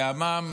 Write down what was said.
לעמם,